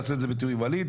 נעשה את זה בתיאום עם ווליד.